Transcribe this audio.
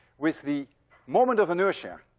with the moment of inertia,